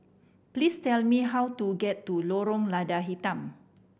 please tell me how to get to Lorong Lada Hitam